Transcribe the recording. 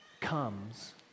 comes